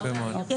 יפה מאוד.